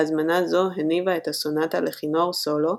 והזמנה זו הניבה את הסונאטה לכינור סולו,